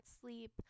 sleep